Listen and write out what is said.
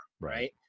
right